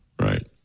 Right